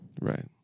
Right